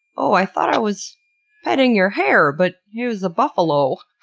oh, i thought i was petting your hair, but you's a buffalo.